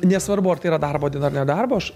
nesvarbu ar tai yra darbo diena ar ne darbo aš